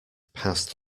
passed